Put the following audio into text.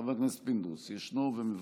חבר הכנסת פינדרוס ישנו ומוותר.